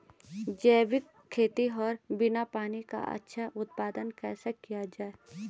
जैविक खेती और बिना पानी का अच्छा उत्पादन कैसे किया जाए?